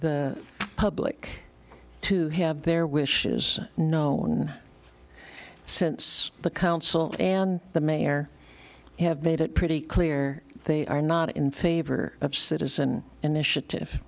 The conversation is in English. the public to have their wishes known since the council and the mayor have made it pretty clear they are not in favor of citizen initiative